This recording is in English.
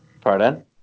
Pardon